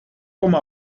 como